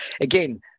again